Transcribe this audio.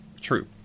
True